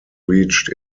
reached